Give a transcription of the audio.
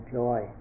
joy